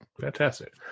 Fantastic